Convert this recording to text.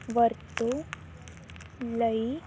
ਵਰਤੋਂ ਲਈ